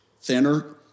Thinner